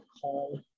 call